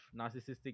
narcissistic